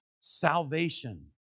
salvation